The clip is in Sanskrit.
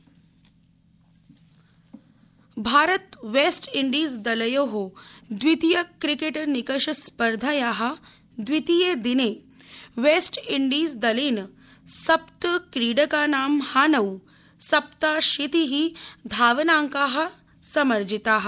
क्रिकेट भारत वेस्टइण्डीज़ दलयो द्वितीय क्रिकेट निकष स्पर्धाया द्वितीये दिने वेस्टइण्डीजदलेन सप्तक्रीडकानां हानौ सप्ताशीति धावनांका समर्जिता